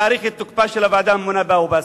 להאריך את תוקפה של הוועדה הממונה באבו-בסמה.